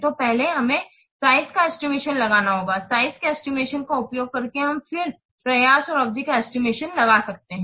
तो पहले हमें साइज़ का एस्टिमेशन लगाना होगा साइज़ के एस्टिमेशन का उपयोग करके हम फिर प्रयास और अवधि का एस्टिमेशन लगा सकते हैं